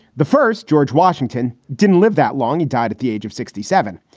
the first george washington didn't live that long. he died at the age of sixty seven,